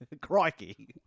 Crikey